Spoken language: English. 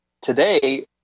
Today